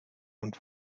und